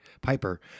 Piper